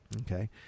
Okay